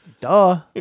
duh